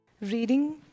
Reading